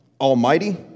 Almighty